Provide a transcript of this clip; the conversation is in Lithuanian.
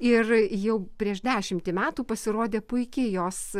ir jau prieš dešimtį metų pasirodė puiki jos